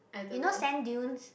you know sand dunes